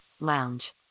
Lounge